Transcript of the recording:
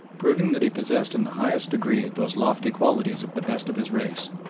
proving that he possessed in the highest degree those lofty qualities of the best of his race,